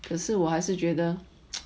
可是我还是觉得